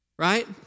Right